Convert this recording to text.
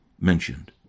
mentioned